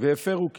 והפרו קיזוז.